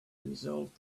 resolved